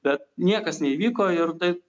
bet niekas neįvyko ir tai